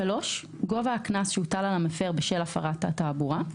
(3)גובה הקנס שהוטל על המפר בשל הפרת התעבורה,